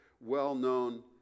well-known